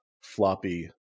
floppy